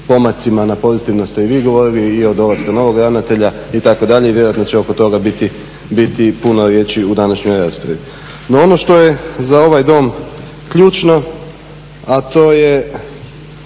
pomacima, na pozitivno ste i vi govorili i o dolasku novog ravnatelja itd., vjerojatno će oko toga biti puno riječi u današnjoj raspravi. No ono što je za ovaj Dom ključno a to je